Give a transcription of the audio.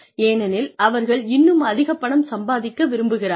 ஏனெனில் அவர்கள் இன்னும் அதிகப் பணம் சம்பாதிக்க விரும்புகிறார்கள்